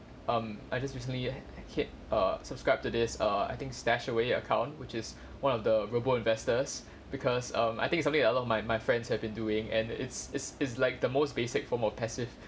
um I just recently hit err subscribe to this err I think StashAway account which is one of the global investors because um I think it's something that a lot of my friends have been doing and it's it's it's like the most basic form of passive